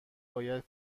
باید